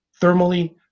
thermally